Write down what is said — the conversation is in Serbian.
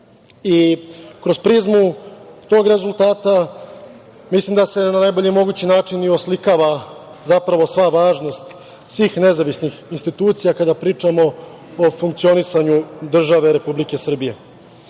radu. Kroz prizmu tog rezultata, mislim da se na najbolji mogući način i oslikava zapravo sva važnost svih nezavisnih institucija kada pričamo o funkcionisanju države Republike